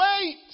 wait